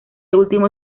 último